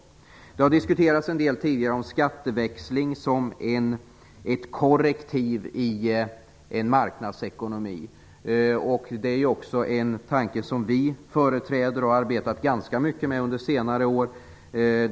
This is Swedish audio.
Det har tidigare diskuterats en del om skatteväxling som ett korrektiv i en marknadsekonomi. Det är en tanke som också vi företräder och som vi har arbetat ganska mycket med under senare år.